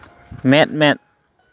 ᱢᱮᱸᱫ ᱢᱮᱸᱫ